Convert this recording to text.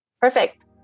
Perfect